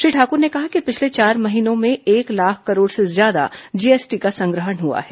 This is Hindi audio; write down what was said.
श्री ठाकुर ने कहा कि पिछले चार महीनों में एक लाख करोड़ से ज्यादा जीएसटी का संग्रहण हुआ है